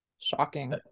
Shocking